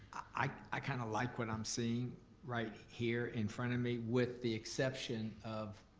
i kind of like what i'm seeing right here in front of me, with the exception of